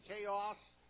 chaos